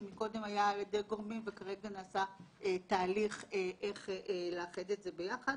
שקודם היה על ידי גורמים וכרגע נעשה תהליך איך לאחד את זה ביחד.